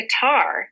guitar